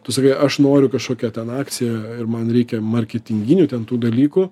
tu sakai aš noriu kažkokia ten akcija ir man reikia marketinginių ten tų dalykų